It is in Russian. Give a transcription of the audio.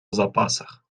запасах